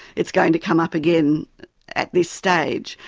it's going to come up again at this stage.